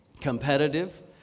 competitive